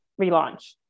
relaunch